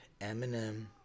Eminem